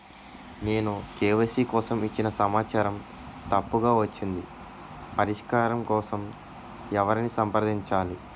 నేను కే.వై.సీ కోసం ఇచ్చిన సమాచారం తప్పుగా వచ్చింది పరిష్కారం కోసం ఎవరిని సంప్రదించాలి?